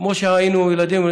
כמו כשהיינו ילדים,